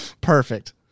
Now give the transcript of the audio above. Perfect